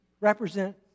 represent